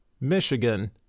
Michigan